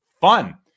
fun